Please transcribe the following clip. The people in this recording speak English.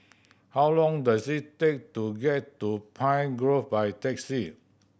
how long does it take to get to Pine Grove by taxi